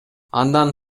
андан